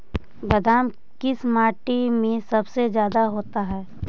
बादाम किस माटी में सबसे ज्यादा होता है?